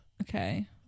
okay